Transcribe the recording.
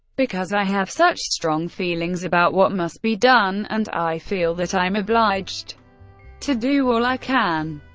because i have such strong feelings about what must be done, and i feel that i'm obliged to do all i can.